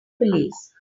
police